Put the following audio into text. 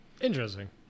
Interesting